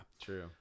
True